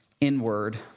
inward